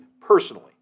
personally